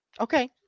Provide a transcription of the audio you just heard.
Okay